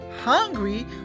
hungry